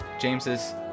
James's